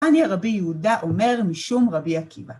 עניה רבי יהודה אומר משום רבי עקיבא.